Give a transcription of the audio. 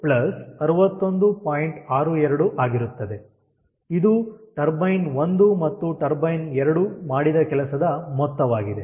62 ಆಗಿರುತ್ತದೆ ಇದು ಟರ್ಬೈನ್ 1 ಮತ್ತು ಟರ್ಬೈನ್ 2 ಮಾಡಿದ ಕೆಲಸದ ಮೊತ್ತವಾಗಿದೆ